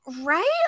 right